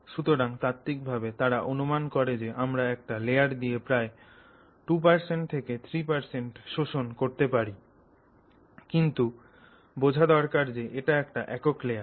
সুতরাং তাত্ত্বিকভাবে তারা অনুমান করে যে আমরা একটা লেয়ার দিয়ে প্রায় 2 থেকে 3 শোষণ করতে পারি কিন্তু বোঝা দরকার যে এটা একটা একক লেয়ার